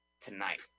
Tonight